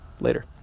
Later